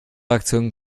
aktion